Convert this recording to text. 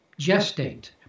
gestate